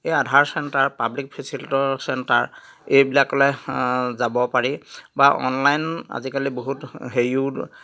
এই Aadhaar centre public facilitator centre এইবিলাকলে যাব পাৰি বা অনলাইন আজিকালি বহুত হেৰিও